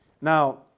Now